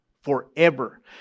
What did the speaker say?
forever